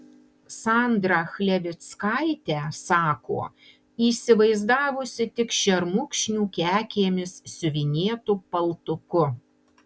sandrą chlevickaitę sako įsivaizdavusi tik šermukšnių kekėmis siuvinėtu paltuku